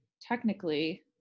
technically